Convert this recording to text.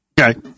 okay